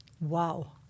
Wow